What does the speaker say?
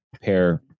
pair